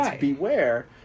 beware